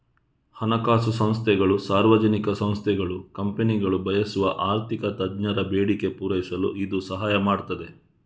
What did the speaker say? ಹಣಕಾಸು ಸಂಸ್ಥೆಗಳು, ಸಾರ್ವಜನಿಕ ಸಂಸ್ಥೆಗಳು, ಕಂಪನಿಗಳು ಬಯಸುವ ಆರ್ಥಿಕ ತಜ್ಞರ ಬೇಡಿಕೆ ಪೂರೈಸಲು ಇದು ಸಹಾಯ ಮಾಡ್ತದೆ